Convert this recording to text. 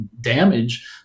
damage